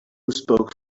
spoke